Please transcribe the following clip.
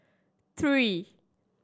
three